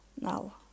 now